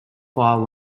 file